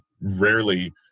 rarely